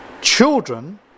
children